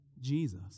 Jesus